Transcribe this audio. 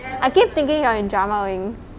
I keep thinking you're in drama wings